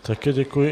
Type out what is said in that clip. Také děkuji.